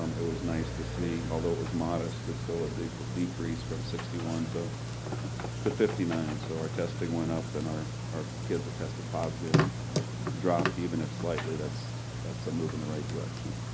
um it was nice to see although it was modest, it's still a decrease decrease from sixty one to to fifty nine. so our testing went up, and our our kids that tested positive dropped. even if slightly, that's that's a move in the right direction.